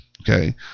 Okay